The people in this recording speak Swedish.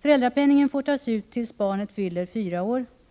Föräldrapenningen får tas ut tills barnet fyller 4 år.